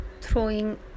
throwing